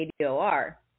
ADOR